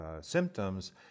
symptoms